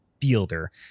Fielder